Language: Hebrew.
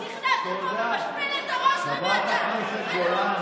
נכנס לפה ומשפיל את הראש למטה, די, נו.